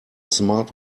smart